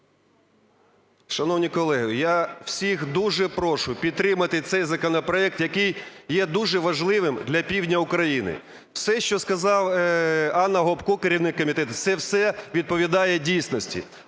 Шановні колеги, я всіх дуже прошу підтримати цей законопроект, який є дуже важливим для півдня України. Все, що сказала АннаГопко, керівник комітету, це все відповідає дійсності.